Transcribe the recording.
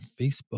Facebook